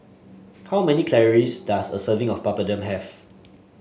how many calories does a serving of Papadum have